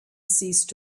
ceased